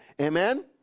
Amen